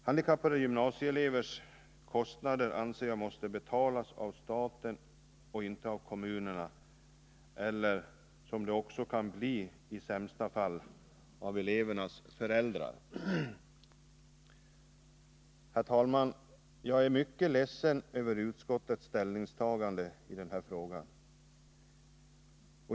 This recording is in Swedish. Handikappade gymnasieelevers kostnader anser jag måste betalas av staten och inte av kommunerna eller — som det i sämsta fall kan bli — av elevernas föräldrar. Herr talman! Jag är mycket ledsen över utskottets ställningstagande i den här frågan.